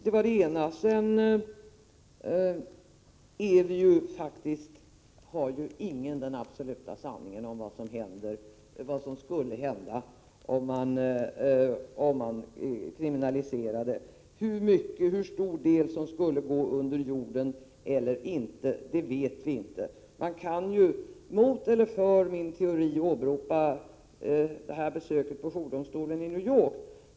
Sedan vill jag säga att ingen sitter inne med den absoluta sanningen om vad som skulle hända om man kriminaliserade prostitutionskontakter — hur stor del som skulle gå under jorden vet vi inte. Jag kan — för eller emot min teori — åberopa mitt besök på jourdomstolen i New York.